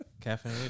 Caffeine